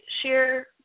sheer